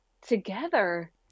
together